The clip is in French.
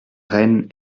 reine